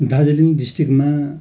दार्जिलिङ डिस्ट्रिक्टमा